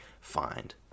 find